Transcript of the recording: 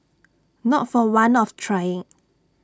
not for want of trying